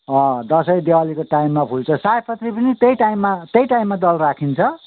अँ दसैँ दिवालीको टाइममा फुल्छ सयपत्री पनि त्यही टाइममा त्यही टाइममा दल राखिन्छ